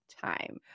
time